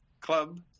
club